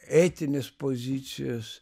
etinės pozicijos